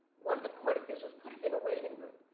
one of the court officials put us in a waiting room,